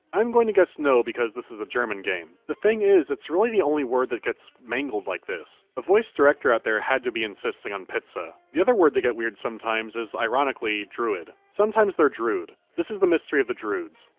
i'm going to guess no, because this is a german game. the thing is, it's really the only word that gets mangled like this. a voice director out there had to be insisting on pitza. the other word they get weird sometimes is, ironically, druid. sometimes they're drood. this is the mystery of the droods.